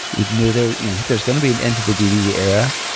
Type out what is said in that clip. he knew there's you know there's going to be an end to the dvd era,